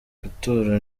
gutora